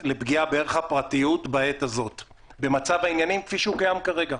לפגיעה בערך הפרטיות בעת הזאת במצב העניינים כפי שהוא קיים כרגע.